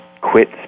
quit